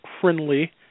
friendly